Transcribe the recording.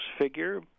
figure